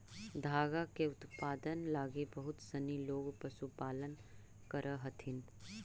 धागा के उत्पादन लगी बहुत सनी लोग पशुपालन करऽ हथिन